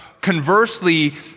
conversely